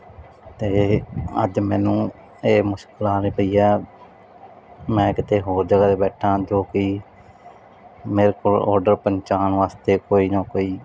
ਤੇ ਅੱਜ ਮੈਨੂੰ ਇਹ ਮੁਸ਼ਕਿਲ ਆਉਂਦੀ ਪਈ ਆ ਮੈਂ ਕਿਤੇ ਹੋਰ ਜਗ੍ਹਾ 'ਤੇ ਬੈਠਾ ਜੋ ਕਿ ਮੇਰੇ ਕੋਲ ਆਰਡਰ ਪਹੁੰਚਾਉਣ ਵਾਸਤੇ ਕੋਈ ਨਾ ਕੋਈ